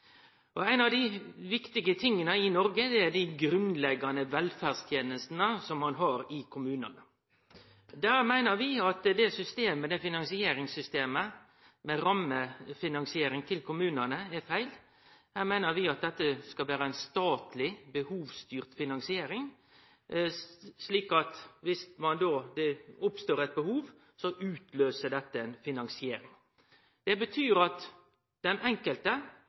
betre. Ein av dei viktige tinga i Noreg er dei grunnleggjande velferdstenestene som ein har i kommunane. Vi meiner at finansieringssystemet, med rammefinansiering av kommunane, er feil. Vi meiner at det skal vere ei statleg, behovsstyrt finansiering. Dersom det oppstår eit behov, utløyser det ei finansiering. Det betyr at den enkelte